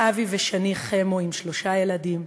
אבי ושני חמו עם שלושה ילדים,